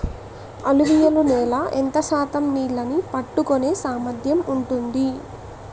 అలువియలు నేల ఎంత శాతం నీళ్ళని పట్టుకొనే సామర్థ్యం ఉంటుంది?